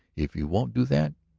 if you won't do that.